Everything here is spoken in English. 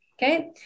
Okay